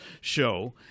show